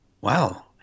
Wow